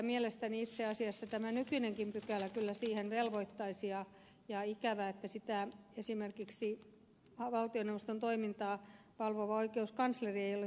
mielestäni itse asiassa tämä nykyinenkin pykälä kyllä siihen velvoittaisi ja on ikävää että sitä esimerkiksi valtioneuvoston toimintaa valvova oikeuskansleri ei ole huomannut